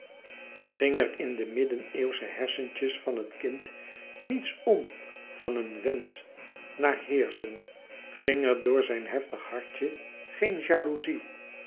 er in de middeneeuwsche hersentjes van het kind niets om van een wensch naar heerschen ging er door zijn heftig hartje geen jalouzie